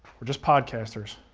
we're just podcasters.